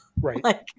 Right